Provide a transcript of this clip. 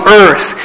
earth